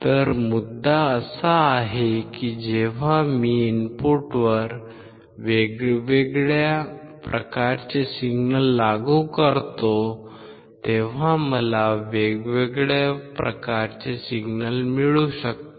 तर मुद्दा असा आहे की जेव्हा मी इनपुटवर वेगवेगळ्या प्रकारचे सिग्नल लागू करतो तेव्हा मला वेगवेगळ्या प्रकारचे सिग्नल मिळू शकतात